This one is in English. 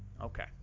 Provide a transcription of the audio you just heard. Okay